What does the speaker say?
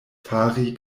fari